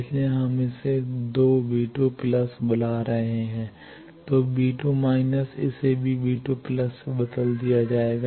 इसलिए हम इसे बुला रहे हैं तो इसे भी से बदल दिया जाएगा